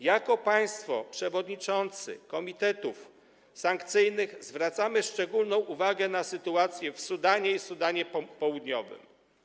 Jako państwo przewodniczący komitetów sankcyjnych zwracamy szczególną uwagę na sytuację w Sudanie i Sudanie Południowym.